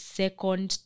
second